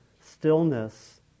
stillness